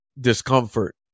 discomfort